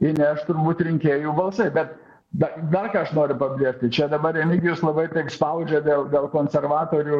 įneš turbūt rinkėjų balsai bet be dar ką aš noriu pabrėžti čia dabar remigijus labai taip spaudžia dėl dėl konservatorių